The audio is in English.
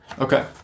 Okay